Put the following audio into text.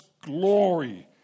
glory